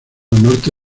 norte